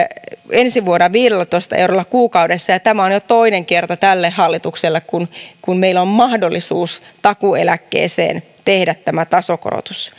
ensi vuonna viidellätoista eurolla kuukaudessa ja tämä on jo toinen kerta tälle hallitukselle kun kun meillä on mahdollisuus takuueläkkeeseen tehdä tämä tasokorotus